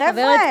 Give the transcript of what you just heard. חבר'ה,